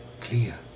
clear